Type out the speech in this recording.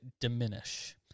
diminish